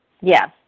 yes